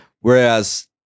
whereas